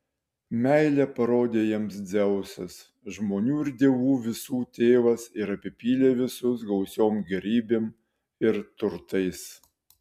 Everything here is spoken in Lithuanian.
meilę parodė jiems dzeusas žmonių ir dievų visų tėvas ir apipylė visus gausiom gėrybėm ir turtais